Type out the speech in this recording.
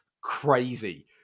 crazy